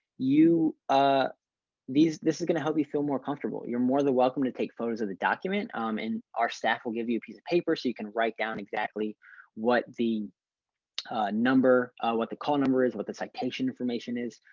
you ah see this is going to help you feel more comfortable. you're more than welcome to take photos of the document um and our staff will give you a piece of paper, so, you can write down exactly what the number what the call number is what the citation information is.